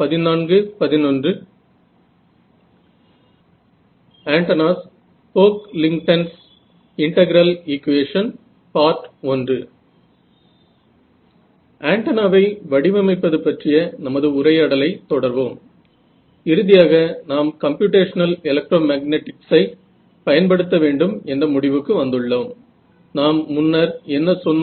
मला integral equations म्हणायचे आहे आपण विचार करत होतो की आपण त्यांचा वापर फॉरवर्ड प्रॉब्लेम्स साठी करू शकतो पण याने आपल्याला लिनियर अल्जेब्रा ची एक खूप छान परिभाषा दिली ज्याच्या मध्ये मी हा इनव्हर्स प्रॉब्लेम